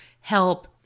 help